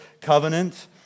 covenant